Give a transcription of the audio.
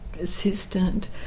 assistant